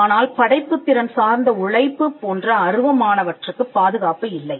ஆனால் படைப்புத் திறன் சார்ந்த உழைப்பு போன்ற அருவமானவற்றுக்கு பாதுகாப்பு இல்லை